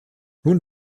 nun